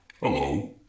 Hello